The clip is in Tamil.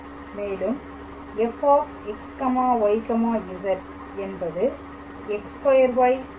மேலும் fxyz என்பது x2y 2xz 4